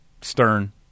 Stern